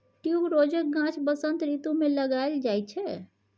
ट्युबरोजक गाछ बसंत रितु मे लगाएल जाइ छै